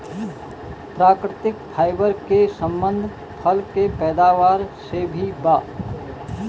प्राकृतिक फाइबर के संबंध फल के पैदावार से भी बा